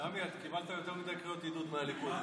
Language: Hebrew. סמי, אתה קיבלת יותר מדי קריאות עידוד מהליכוד,